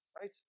right